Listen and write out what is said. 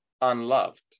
unloved